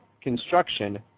construction